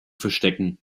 verstecken